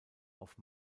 auf